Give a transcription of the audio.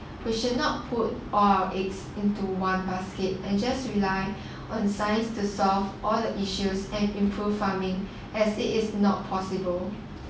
we should not put all our eggs into one basket and just rely on science to solve all the issues and improve farming as it is not possible